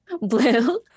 Blue